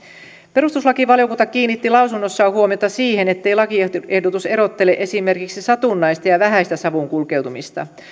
perustuslakivaliokunta kiinnitti lausunnossaan huomiota siihen ettei lakiehdotus erottele esimerkiksi satunnaista ja vähäistä savun kulkeutumista